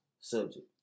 subject